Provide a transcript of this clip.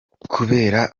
kubera